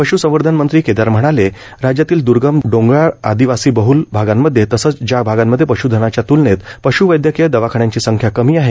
पश्संवर्धन मंत्री केदार म्हणाले राज्यातील दर्गम डोंगराळ आदिवासी बहल भागामध्ये तसंच ज्या भागामध्ये पशुधनाच्या तुलनेत पश्वैद्यकीय दवाखान्यांची संख्या कमी आहे